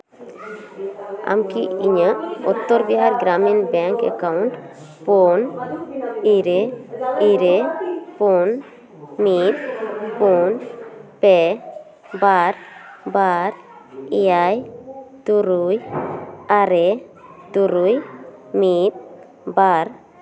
ᱟᱢ ᱠᱤ ᱤᱧᱟᱹᱜ ᱩᱛᱛᱚᱨ ᱵᱤᱦᱟᱨ ᱜᱨᱟᱢᱤᱱ ᱵᱮᱝᱠ ᱮᱠᱟᱣᱩᱱᱴ ᱯᱩᱱ ᱤᱨᱮ ᱤᱨᱮ ᱯᱩᱱ ᱢᱤᱫ ᱯᱩᱱ ᱯᱮ ᱵᱟᱨ ᱵᱟᱨ ᱮᱭᱟᱭ ᱛᱩᱨᱩᱭ ᱟᱨᱮ ᱛᱩᱨᱩᱭ ᱢᱤᱫ ᱵᱟᱨ